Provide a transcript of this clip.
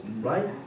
right